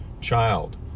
child